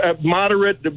moderate